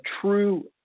true